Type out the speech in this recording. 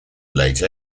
late